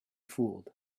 fooled